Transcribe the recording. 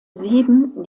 sieben